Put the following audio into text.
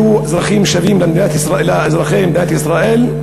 שיהיו אזרחים שווים לאזרחי מדינת ישראל?